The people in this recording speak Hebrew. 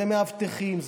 זה מאבטחים,